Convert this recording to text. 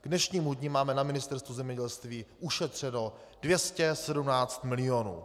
K dnešnímu dni máme na Ministerstvu zemědělství ušetřeno 217 milionů.